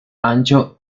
ancho